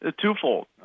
twofold